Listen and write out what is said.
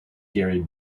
gary